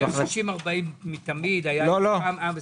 היה 60-40 תמיד, כל הזמן.